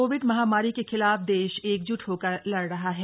Covid महामारी के खिलाफ देश एकज्ट होकर लड़ रहा है